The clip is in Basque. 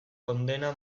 kondena